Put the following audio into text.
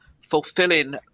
fulfilling